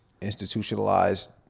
institutionalized